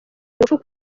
ingufu